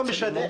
לא משנה,